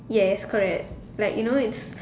yes correct like you know in s~